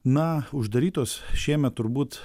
na uždarytos šiemet turbūt